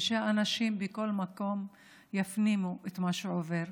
ושהאנשים בכל מקום יפנימו את מה שעובר.